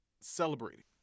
celebrating